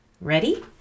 Ready